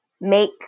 make